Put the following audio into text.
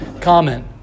comment